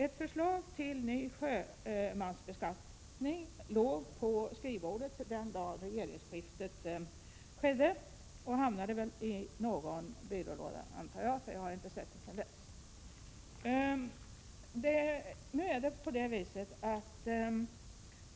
Ett förslag till ny sjömansbeskattning låg på skrivbordet den dag regeringsskiftet skedde, men det hamnade sedan i någon byrålåda, antar jag. Jag har nämligen inte sett till det sedan dess.